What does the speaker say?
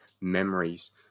memories